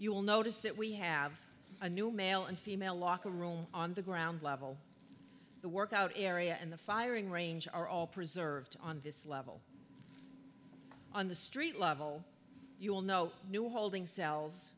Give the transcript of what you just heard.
you'll notice that we have a new male and female locker room on the ground level the workout area and the firing range are all preserved on this level on the street level you'll know new holding cells